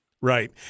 Right